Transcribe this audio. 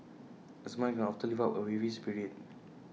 A smile can often lift up A weary spirit